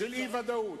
של אי-ודאות.